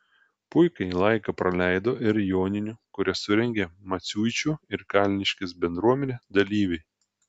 puikiai laiką praleido ir joninių kurias surengė maciuičių ir kalniškės bendruomenė dalyviai